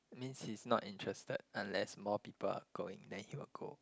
means he's not interested unless more people are going then he will go